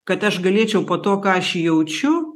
kad aš galėčiau po to ką aš jaučiu